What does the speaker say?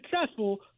successful